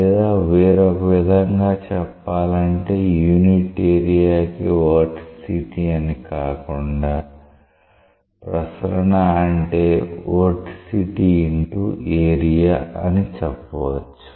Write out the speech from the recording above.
లేదా వేరొక విధంగా చెప్పాలంటే యూనిట్ ఏరియాకి వోర్టిసిటీ అని కాకుండా ప్రసరణ అంటే వోర్టిసిటీ x ఏరియా అని చెప్పవచ్చు